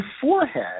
forehead